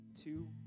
two